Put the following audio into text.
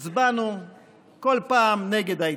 הצבענו בכל פעם נגד ההתנתקות.